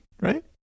right